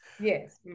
Yes